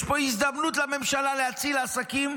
יש פה הזדמנות לממשלה להציל את העסקים,